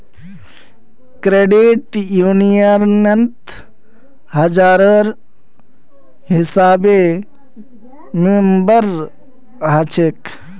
credit यूनियनत हजारेर हिसाबे मेम्बर हछेक